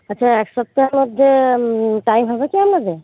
আচ্ছা এক সপ্তাহের মধ্যে টাইম হবে কি আপনাদের